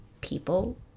people